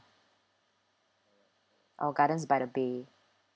or gardens by the bay